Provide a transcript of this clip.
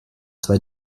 zwei